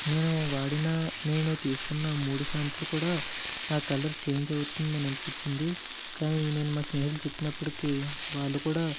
నేను వాడిన నేను తీసుకున్న మూడు ప్యాంట్లు కూడా ఆ కలర్ చేంజ్ అవుతుంది అని అనిపించింది కానీ నేను మా స్నేహితులు చెప్పినప్పటికీ వాళ్ళు కూడా